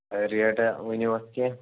ریٹا ؤنِو اَتھ کیٚنٛہہ